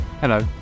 Hello